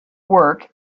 work